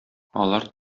алар